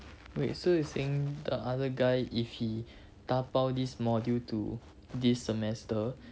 wait so you saying the other guy if he dabao this module to this semester